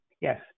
yes